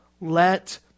Let